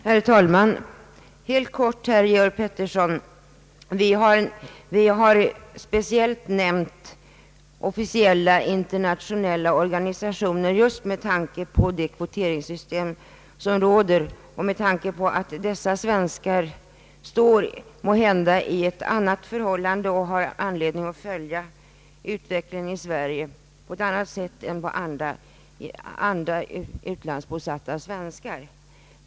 Herr talman! Till herr Georg Pettersson vill jag helt kort säga, att vi har speciellt nämnt officiella internationella organisationer just med tanke på det kvoteringssystem som råder och med tanke på att de svenskar som det här är fråga om står i ett annat förhållande till vårt land och har anledning att följa utvecklingen här hemma på ett annat sätt än andra utlandsbosatta svenskar.